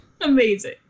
amazing